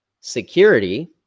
security